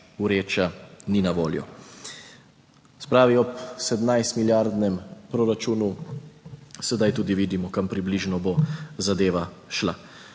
vreča ni na voljo. Se pravi, ob 17 milijardnem proračunu sedaj tudi vidimo kam približno bo zadeva šla.